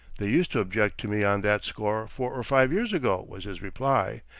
they used to object to me on that score four or five years ago, was his reply,